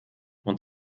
und